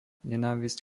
nenávisť